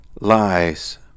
lies